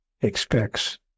expects